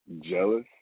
jealous